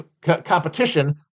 competition